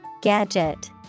Gadget